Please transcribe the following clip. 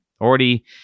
already